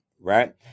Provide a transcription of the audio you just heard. Right